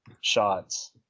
shots